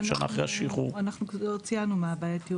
להיפך,